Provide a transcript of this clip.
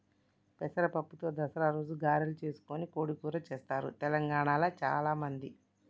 పెసర పప్పుతో దసరా రోజు గారెలు చేసుకొని కోడి కూర చెస్తారు తెలంగాణాల చాల మంది